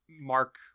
mark